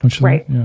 Right